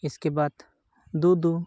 ᱤᱥᱠᱮᱵᱟᱫᱽ ᱫᱩ ᱫᱩ